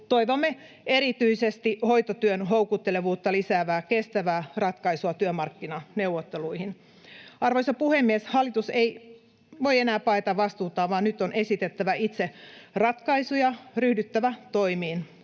Toivomme erityisesti hoitotyön houkuttelevuutta lisäävää kestävää ratkaisua työmarkkinaneuvotteluihin. Arvoisa puhemies! Hallitus ei voi enää paeta vastuutaan, vaan nyt on esitettävä itse ratkaisuja, ryhdyttävä toimiin.